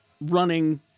running